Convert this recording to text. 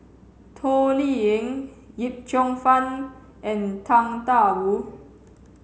Toh Liying Yip Cheong Fun and Tang Da Wu